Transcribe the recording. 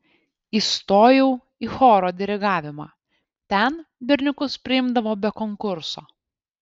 įstojau į choro dirigavimą ten berniukus priimdavo be konkurso